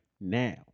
now